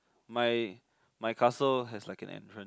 my my castle has like an entrance